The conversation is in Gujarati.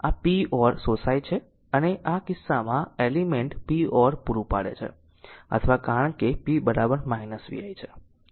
આ p or શોષાય છે છે અને અને આ કિસ્સામાં એલિમેન્ટ p or પૂરું પાડે છે અથવા કારણ કે p v i છે